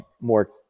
more